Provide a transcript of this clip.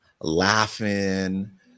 laughing